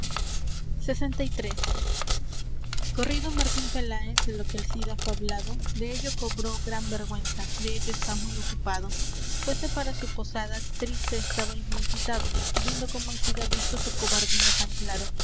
lxiii corrido martín peláez de lo que el cid ha fablado dello cobró gran vergüenza dello está muy ocupado fuése para su posada triste estaba y muy cuitado viendo cómo el cid ha visto su cobardía tan claro